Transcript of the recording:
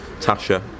Tasha